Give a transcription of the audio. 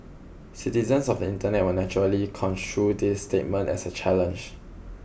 citizens of the Internet will naturally construe this statement as a challenge